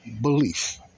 belief